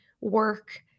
work